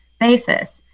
basis